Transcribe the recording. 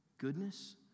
Goodness